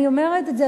אני אומרת את זה,